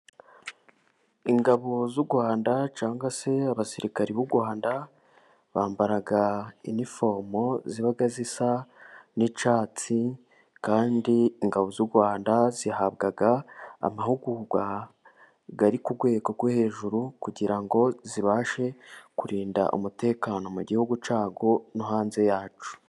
Ingabo z'u Rwanda cyangwa se abasirikare b'u Rwanda , bambara iniforome ziba zisa n'icyatsi, kandi ingabo z'u Rwanda zihabwa amahugurwa ari ku rwego rwo hejuru, kugira ngo zibashe kurinda umutekano mu gihugu cyawo no hanze yacyo.